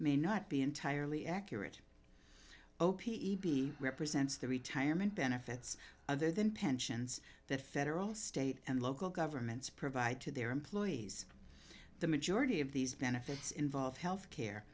may not be entirely accurate o p e b represents the retirement benefits other than pensions that federal state and local governments provide to their employees the majority of these benefits involve health care